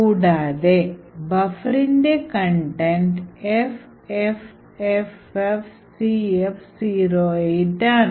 കൂടാതെ ബഫറിന്റെ content FFFFCF08 ആണ്